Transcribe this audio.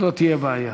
לא תהיה בעיה.